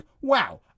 wow